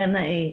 גנאיי,